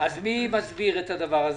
בהתאם לסעיף 10 לחוק החברות הממשלתיות,